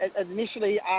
initially